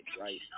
right